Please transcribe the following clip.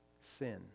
sin